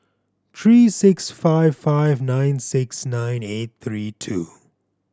three six five five nine six nine eight three two